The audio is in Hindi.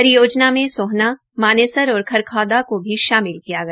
परियोजना में सोहना मानेसर और खरखौदा को भी शामिल किया गया